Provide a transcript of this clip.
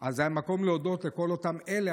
אז זה המקום להודות לכל אותם אלה,